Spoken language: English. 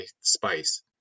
spice